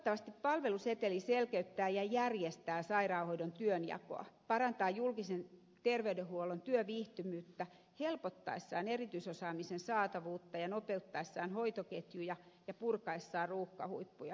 toivottavasti palveluseteli selkeyttää ja järjestää sairaanhoidon työnjakoa parantaa julkisen terveydenhuollon työviihtyvyyttä helpottaessaan erityisosaamisen saatavuutta ja nopeuttaessaan hoitoketjuja ja purkaessaan ruuhkahuippuja